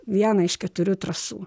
vieną iš keturių trasų